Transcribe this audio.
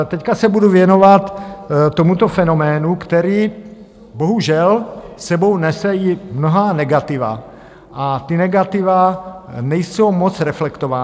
Teď se budu věnovat tomuto fenoménu, který bohužel s sebou nese i mnohá negativa, a ta negativa nejsou moc reflektována.